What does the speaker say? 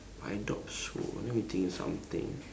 I doubt so let me think of something